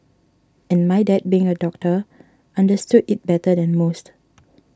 and my dad being a doctor understood it better than most